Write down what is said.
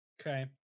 Okay